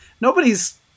nobody's